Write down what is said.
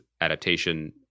adaptation